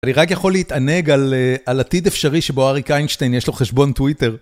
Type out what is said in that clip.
אני רק יכול להתענג על עתיד אפשרי שבו אריק איינשטיין יש לו חשבון טוויטר.